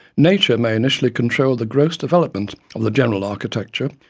nature may initially control the gross development of the general architecture,